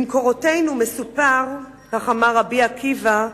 במקורותינו מסופר, "אמר רבי עקיבא: